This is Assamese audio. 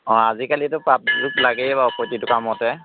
অঁ আজিকালিটো পাছবুক লাগেই বাৰু প্ৰতিটো কামতে